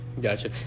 gotcha